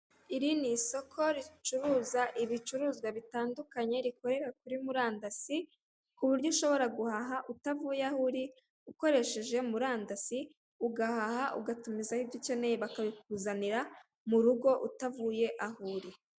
Iri ni isoko ricuruza ibicuruzwa bitandukanye rikorera kuri murandasi, ku buryo ushobora guhaha utavuye aho uri ukoresheje kuri murandasi ugahaha ugatumizayo ibyo ukeneye bakabikuzanira mu rugo utavuye aho uri.